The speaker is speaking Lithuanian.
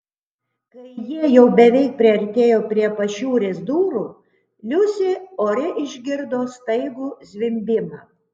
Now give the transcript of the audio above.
kai jie jau beveik priartėjo prie pašiūrės durų liusė ore išgirdo staigų zvimbimą